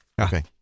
okay